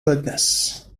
goodness